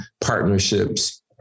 partnerships